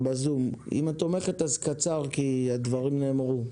אז קצר כי הדברים נאמרו.